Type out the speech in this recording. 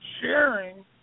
sharing